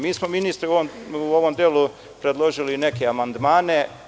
Mi smo, ministre, u ovom delu predložili neke amandmane.